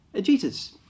Jesus